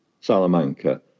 Salamanca